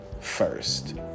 first